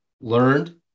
learned